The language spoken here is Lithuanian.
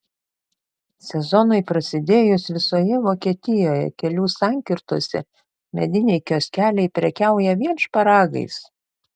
sezonui prasidėjus visoje vokietijoje kelių sankirtose mediniai kioskeliai prekiauja vien šparagais